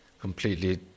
completely